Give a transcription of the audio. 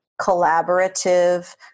collaborative